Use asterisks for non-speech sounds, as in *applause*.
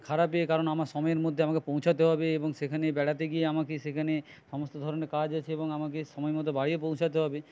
খারাপ ইয়ে *unintelligible* কারণ আমার সময়ের মধ্যে আমাকে পৌঁছতে হবে এবং সেখানে বেড়াতে গিয়ে আমাকে সেখানে সমস্ত ধরনের কাজ আছে এবং আমাকে সময়মতো বাড়িও পৌঁছতে হবে